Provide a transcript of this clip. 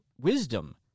wisdom